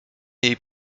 jej